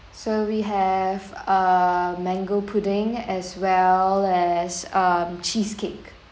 so we have uh mango pudding as well as um cheesecake